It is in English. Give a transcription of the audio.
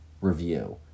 review